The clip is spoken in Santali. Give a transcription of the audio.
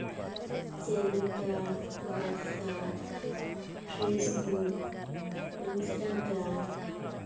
ᱡᱮᱞᱮᱠᱟ ᱣᱟᱴᱥᱮᱯ ᱯᱷᱮᱥᱵᱩᱠ ᱤᱱᱥᱴᱟᱜᱨᱟᱢ